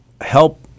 help